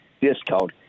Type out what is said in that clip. discount